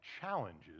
challenges